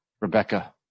Rebecca